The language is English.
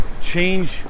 change